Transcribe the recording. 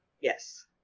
Yes